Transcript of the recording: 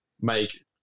make